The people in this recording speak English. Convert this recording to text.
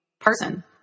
person